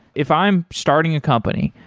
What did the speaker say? if i'm starting a company,